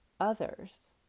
others